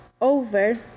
over